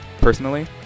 personally